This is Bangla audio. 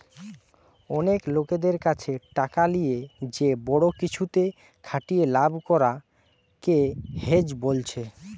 অনেক লোকদের কাছে টাকা লিয়ে যে বড়ো কিছুতে খাটিয়ে লাভ করা কে হেজ বোলছে